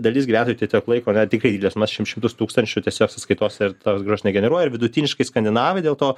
dalis gyventojų tiesiog laiko tikrai dideles sumas šimtus tūkstančių tiesiog sąskaitose ir tos grąžos negeneruoja ir vidutiniškai skandinavai dėl to